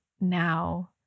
now